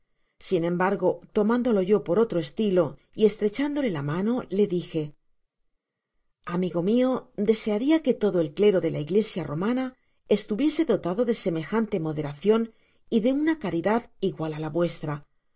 sin embargo tomándolo yo por otro estilo y estrechándole la mano le dije amigo mio desearia flue todo el clero de la iglesia romana estuviese dotado de semejante moderacion y de una caridad igual a la vuestra